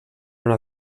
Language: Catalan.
una